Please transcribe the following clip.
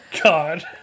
God